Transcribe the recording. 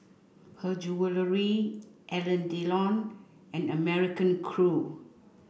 Her Jewellery Alain Delon and American Crew